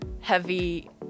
heavy